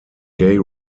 gay